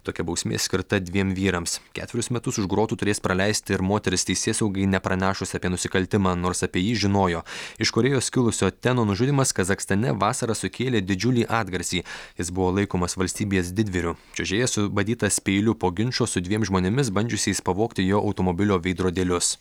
tokia bausmė skirta dviem vyrams ketverius metus už grotų turės praleisti ir moteris teisėsaugai nepranešus apie nusikaltimą nors apie jį žinojo iš korėjos kilusio teno nužudymas kazachstane vasarą sukėlė didžiulį atgarsį jis buvo laikomas valstybės didvyriu čiuožėjas subadytas peiliu po ginčo su dviem žmonėmis bandžiusiais pavogti jo automobilio veidrodėlius